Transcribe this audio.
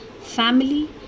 family